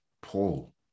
Paul